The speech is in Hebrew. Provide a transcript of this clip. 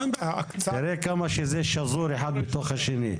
תראה איך זה שזור אחד בשני.